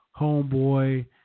homeboy